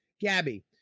Gabby